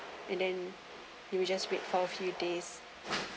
and then he will just wait for few days